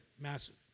massive